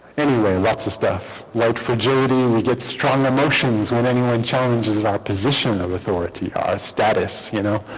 anyway lots of stuff like fragility and we get strong emotions when anyone challenges our position of authority our status you know